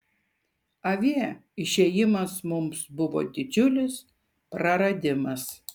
avie išėjimas mums buvo didžiulis praradimas